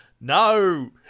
No